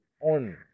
on